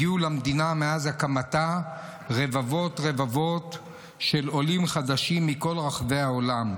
הגיעו למדינה מאז הקמתה רבבות רבבות של עולים חדשים מכל רחבי העולם,